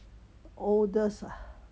older ah